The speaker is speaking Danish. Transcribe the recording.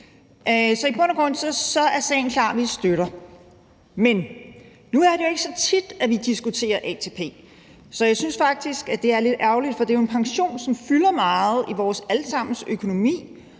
Så i bund og grund er sagen klar. Vi støtter. Men nu er det jo ikke så tit, at vi diskuterer ATP, og jeg synes faktisk, det er lidt ærgerligt, for det er jo en pension, som fylder meget i vores alle sammens økonomi